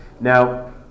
now